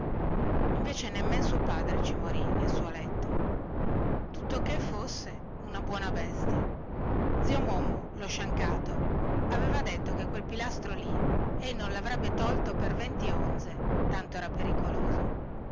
invece nemmen suo padre ci morì nel suo letto tuttochè fosse una buona bestia zio mommu lo sciancato aveva detto che quel pilastro lì ei non lavrebbe tolto per venti onze tanto era pericoloso